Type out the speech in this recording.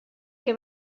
que